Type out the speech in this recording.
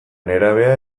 nerabea